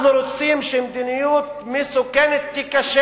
אנחנו רוצים שמדיניות מסוכנת תיכשל.